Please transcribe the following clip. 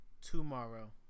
tomorrow